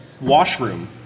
washroom